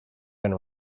going